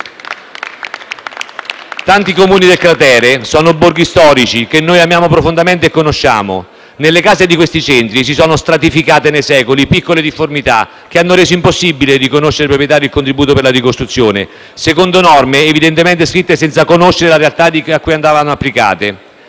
Tanti Comuni del cratere sono borghi storici che noi amiamo profondamente e conosciamo: nelle case di quei centri si sono stratificate, nei secoli, piccole difformità che hanno reso impossibile riconoscere ai proprietari il contributo per la ricostruzione, secondo norme evidentemente scritte senza conoscere le realtà a cui andavano applicate.